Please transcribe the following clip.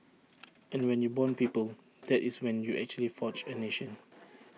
and when you Bond people that is when you actually forge A nation